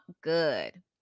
good